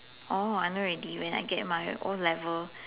oh I know already when I get my O level